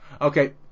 Okay